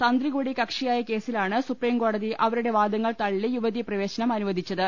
തന്ത്രി കൂടി കക്ഷിയായ കേസിലാണ് സുപ്രിംകോടതി അവരുടെ വാദങ്ങൾ തള്ളി യുവതീ പ്രവേശനം അനുവദിച്ചത്